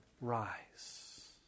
rise